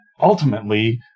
ultimately